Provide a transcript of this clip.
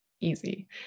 easy